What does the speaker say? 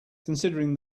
considering